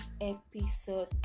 episode